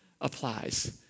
applies